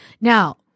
Now